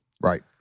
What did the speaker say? Right